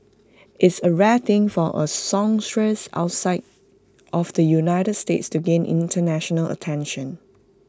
it's A rare thing for A songstress outside of the united states to gain International attention